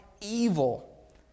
evil